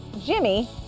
Jimmy